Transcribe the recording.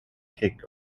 kick